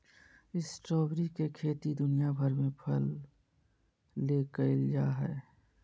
strawberry के खेती दुनिया भर में फल ले कइल जा हइ